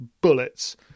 bullets